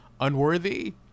unworthy